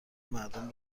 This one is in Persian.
مردم